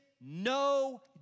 no